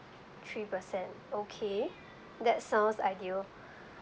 three percent okay that sounds ideal